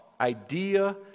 idea